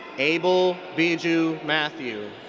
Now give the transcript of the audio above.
abel biju mathew.